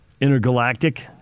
Intergalactic